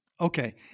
Okay